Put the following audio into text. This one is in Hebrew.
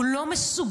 הוא לא מסוגל.